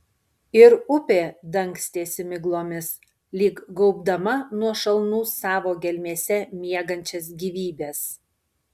ir upė dangstėsi miglomis lyg gaubdama nuo šalnų savo gelmėse miegančias gyvybes